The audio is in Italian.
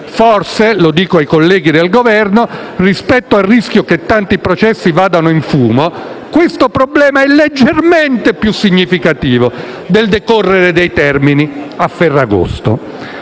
Forse - lo dico ai colleghi del Governo - rispetto al rischio che tanti processi vadano in fumo, questo problema è leggermente più significativo del decorrere dei termini a ferragosto.